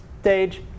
stage